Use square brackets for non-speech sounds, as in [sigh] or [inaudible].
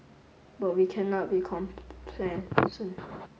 but we cannot be [unintelligible]